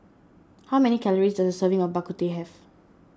how many calories does a serving of Bak Kut Teh have